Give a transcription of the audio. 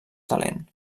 talent